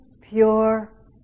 pure